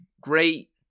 great